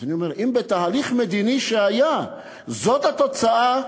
אז אני אומר, אם מתהליך מדיני שהיה זאת התוצאה,